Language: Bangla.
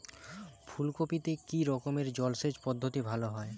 ফুলকপিতে কি রকমের জলসেচ পদ্ধতি ভালো হয়?